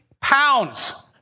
pounds